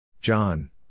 John